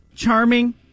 Charming